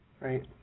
Right